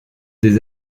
des